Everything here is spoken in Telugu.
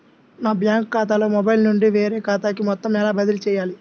నా బ్యాంక్ ఖాతాలో మొబైల్ నుండి వేరే ఖాతాకి మొత్తం ఎలా బదిలీ చేయాలి?